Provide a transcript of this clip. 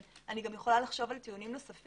אני גם יכולה לחשוב על טיעונים נוספים,